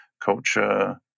culture